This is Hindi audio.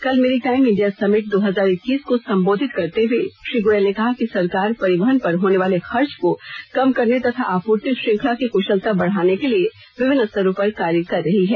कल मैरीटाइम इंडिया समिट दो हजार एक्कीस को संबोधित करते हुए श्री गोयल ने कहा कि सरकार परिवहन पर होने वाले खर्च को कम करने तथा आपूर्ति श्रृंखला की कुशलता बढाने के लिए विभिन्न स्तरों पर कार्य कर रही है